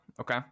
okay